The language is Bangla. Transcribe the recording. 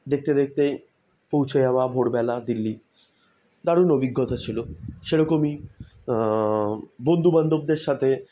দেখতে দেখতেই পৌঁছে যাওয়া ভোরবেলা দিল্লি দারুণ অভিজ্ঞতা ছিল সেরকমই বন্ধু বান্ধবদের সাথে